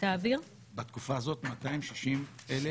בתקופה הזאת, 260,000?